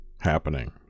happening